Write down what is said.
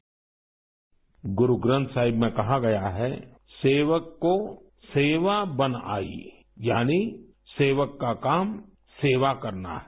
bite Guru Granth Sahib में कहा गया है सेवक को सेवा बन आई यानी सेवक का काम सेवा करना है